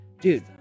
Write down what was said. Dude